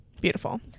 beautiful